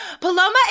Paloma